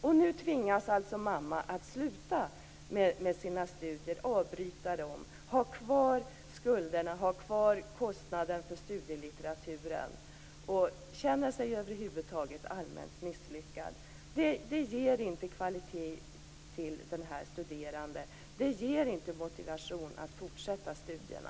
Och nu tvingas alltså mamman att sluta med sina studier, avbryta dem. Men hon har kvar skulderna, har kvar kostnaden för studielitteraturen och känner sig över huvud taget allmänt misslyckad. Det ger inte kvalitet till denna studerande. Det ger inte motivation att fortsätta studierna.